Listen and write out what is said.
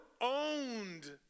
owned